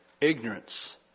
ignorance